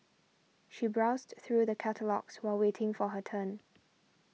she browsed through the catalogues while waiting for her turn